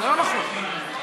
אנחנו קראנו לך חזור וקרוא.